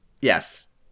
Yes